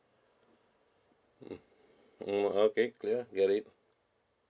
mm mm okay clear get it